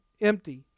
empty